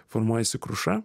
formuojasi kruša